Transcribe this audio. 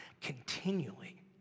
continually